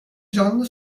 canlı